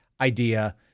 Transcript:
idea